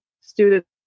Students